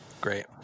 Great